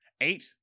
Eight